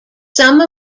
some